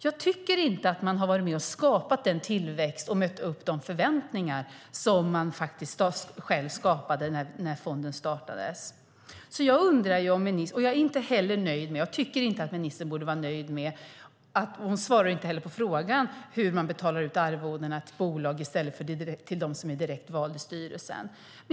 Jag tycker inte att man har varit med och skapat den tillväxt och mött upp de förväntningar man själv skapade när fonden startades. Jag är inte heller nöjd och tycker inte att ministern borde vara nöjd - hon svarar inte på frågan - med hur man betalar ut arvodena till bolag i stället för till dem som är direkt valda i styrelsen.